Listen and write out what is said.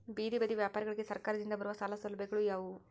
ಬೇದಿ ಬದಿ ವ್ಯಾಪಾರಗಳಿಗೆ ಸರಕಾರದಿಂದ ಬರುವ ಸಾಲ ಸೌಲಭ್ಯಗಳು ಯಾವುವು?